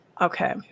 Okay